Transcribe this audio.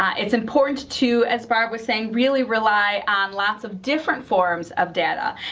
it's important to, as barb was saying, really rely on lots of different forms of data.